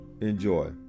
enjoy